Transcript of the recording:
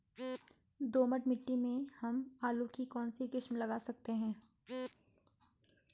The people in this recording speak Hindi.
दोमट मिट्टी में हम आलू की कौन सी किस्म लगा सकते हैं?